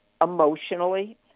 emotionally